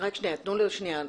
תנו לו שניה.